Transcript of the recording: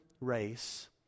race